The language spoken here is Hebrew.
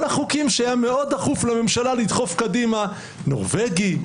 כל החוקים שהיה מאוד שחוף לממשלה לדחוף קדימה: נורבגי,